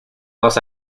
los